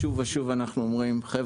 אנחנו אומרים שוב ושוב: חבר'ה,